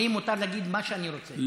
לי מותר להגיד מה שאני רוצה.